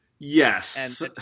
Yes